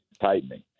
tightening